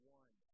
one